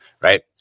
right